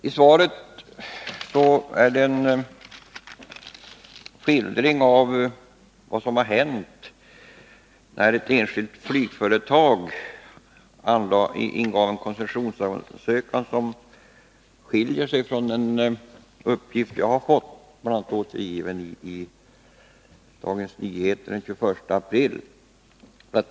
Skildringen i svaret av vad som hände när ett enskilt flygföretag ingav en koncessionsansökan skiljer sig från de uppgifter som jag har fått och som återgivits i bl.a. Dagens Nyheter av den 21 april.